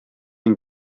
ein